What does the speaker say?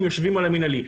הם יושבים על המנהלי.